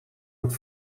het